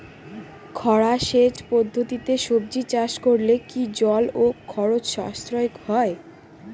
খরা সেচ পদ্ধতিতে সবজি চাষ করলে কি জল ও খরচ সাশ্রয় হয়?